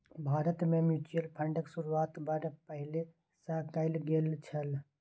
भारतमे म्यूचुअल फंडक शुरूआत बड़ पहिने सँ कैल गेल छल